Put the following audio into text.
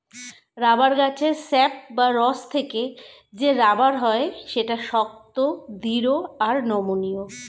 rubber গাছের sap বা রস থেকে যে রাবার হয় সেটা শক্ত, দৃঢ় আর নমনীয়